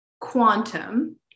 quantum